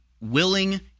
willing